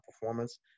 performance